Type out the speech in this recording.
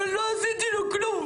אבל לא עשיתי לו כלום.